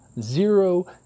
Zero